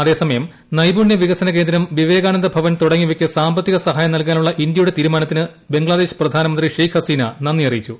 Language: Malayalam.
അതേസമയം നൈപുണ്യ വികസന കേന്ദ്രം വിവേകാനന്ദ ഭവൻ തുടങ്ങിയവയ്ക്ക് സാമ്പത്തിക സഹായം നൽകാനുള്ള ഇന്ത്യയുടെ തീരുമാനത്തിന് ബംഗ്ലാദേശ് പ്രധാനമന്ത്രി ഷെയ്ഖ് ഹസീന നന്ദി അറിയിച്ചു